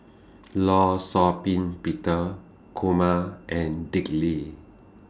law Shau Ping Peter Kumar and Dick Lee